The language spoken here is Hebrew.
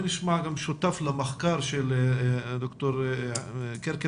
נשמע גם שותף למחקר של ד"ר כרכבי-ג'ראייסי,